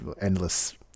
endless